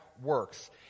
works